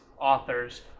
authors